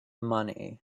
money